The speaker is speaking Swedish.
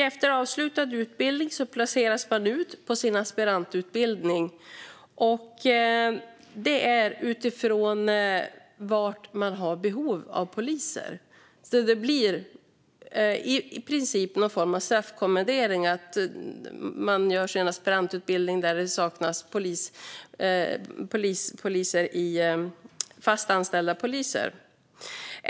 Efter avslutad utbildning placeras man ut på sin aspirantutbildning utifrån var det finns behov av poliser. Det blir i princip en form av straffkommendering; man gör sin aspirantutbildning där det saknas fast anställda poliser.